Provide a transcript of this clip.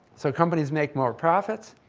so companies make more profits.